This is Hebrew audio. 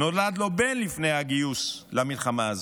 נולד לו בן לפני הגיוס למלחמה הזו.